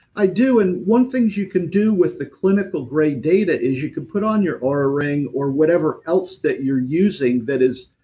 i do. and one thing you can do with the clinical grade data is you can put on your ah oura ring or whatever else that you're using, that is,